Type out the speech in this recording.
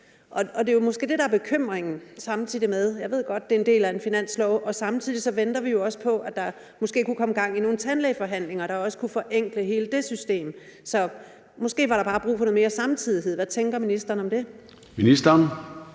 og det er jo måske også det, der er bekymringen. Jeg ved godt, at det er en del af en finanslovsforhandling, og samtidig venter vi også på, at der måske kunne komme gang i nogle tandlægeforhandlinger, der kunne forenkle hele det system. Så måske var der bare brug for noget mere samtidighed. Hvad tænker ministeren om det? Kl.